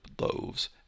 loaves